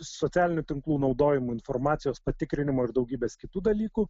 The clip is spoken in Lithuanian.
socialinių tinklų naudojimo informacijos patikrinimo ir daugybės kitų dalykų